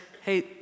hey